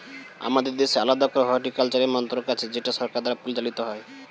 আমাদের দেশে আলাদা করে হর্টিকালচারের মন্ত্রক আছে যেটা সরকার দ্বারা পরিচালিত হয়